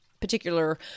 particular